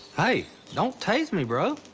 ah don't tase me, bro.